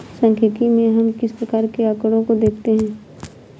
सांख्यिकी में हम किस प्रकार के आकड़ों को देखते हैं?